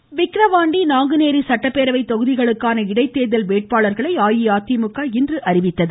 தேர்தல் விக்கிரவாண்டி நாங்குநேரி சட்டப்பேரவை தொகுதிகளுக்கான இடைத்தேர்தல் வேட்பாளர்களை அஇஅதிமுக இன்று அறிவித்துள்ளது